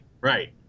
Right